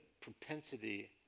propensity